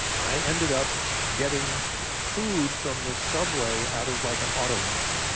i ended up getting food from the subway out of like an automat.